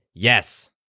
Yes